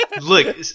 Look